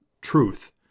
truth